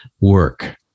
work